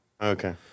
Okay